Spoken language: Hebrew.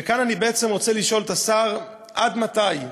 וכאן אני בעצם רוצה לשאול את השר: עד מתי?